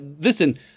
Listen